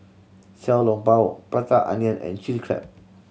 Xiao Long Bao Prata Onion and Chilli Crab